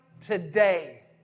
today